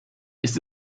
ist